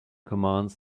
commands